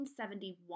1971